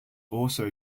also